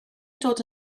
dod